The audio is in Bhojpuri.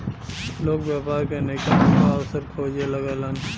लोग व्यापार के नइका नइका अवसर खोजे लगेलन